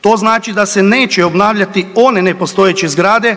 To znači da se neće obnavljati one nepostojeće zgrade